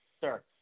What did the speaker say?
sir